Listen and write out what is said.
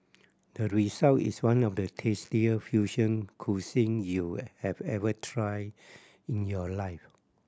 the result is one of the tastiest fusion cuisine you have ever tried in your life